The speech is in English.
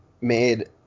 made